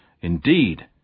indeed